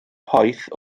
poeth